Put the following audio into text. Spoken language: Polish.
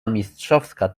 mistrzowska